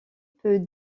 peut